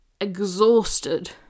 exhausted